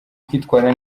kwitwara